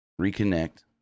Reconnect